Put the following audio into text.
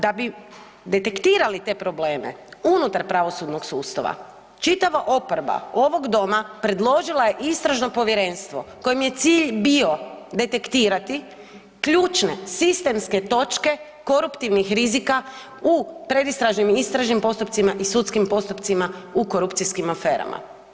Da bi detektirali te probleme unutar pravosudnog sustava čitava oporba ovog doma predložila je istražno povjerenstvo kojem je cilj bio detektirati ključne, sistemske točke koruptivnih rizika u predistražnim i istražnim postupcima i sudskim postupcima u korupcijskim aferama.